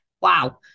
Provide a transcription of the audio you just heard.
wow